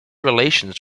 relations